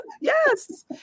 Yes